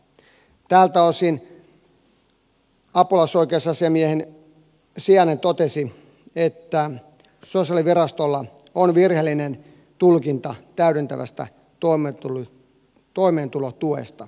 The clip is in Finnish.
tältä osin apulaisoikeusasiamiehen sijainen totesi että sosiaalivirastolla on virheellinen tulkinta täydentävästä toimeentulotuesta